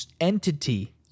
entity